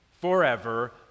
forever